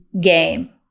game